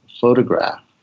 photograph